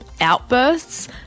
outbursts